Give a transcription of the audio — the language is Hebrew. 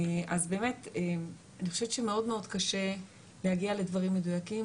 אני חושבת שמאוד קשה להגיע לדברים מדויקים,